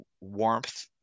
warmth